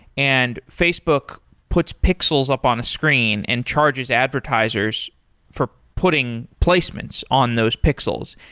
and facebook puts pixels up on a screen and charges advertisers for putting placements on those pixels.